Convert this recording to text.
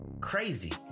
Crazy